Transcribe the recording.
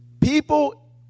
people